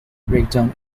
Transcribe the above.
breakdown